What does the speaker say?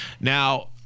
Now